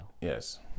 Yes